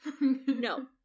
No